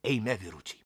eime vyručiai